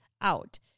out